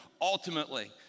ultimately